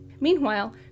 Meanwhile